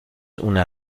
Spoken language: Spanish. una